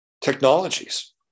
technologies